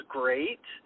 great